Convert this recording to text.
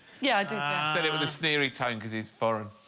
yeah said it with a sneering tone cause he's foreign